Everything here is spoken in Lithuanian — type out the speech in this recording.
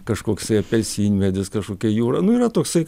kažkoks tai apelsinmedis kažkokia jūra nu yra toksai